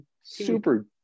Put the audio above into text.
super